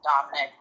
Dominic